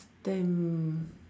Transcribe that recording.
last time